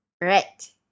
Right